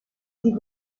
sie